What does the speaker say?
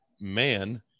man